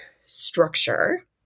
structure